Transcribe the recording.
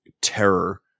terror